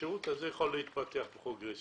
השירות הזה יכול להתפתח פרוגרסיבית.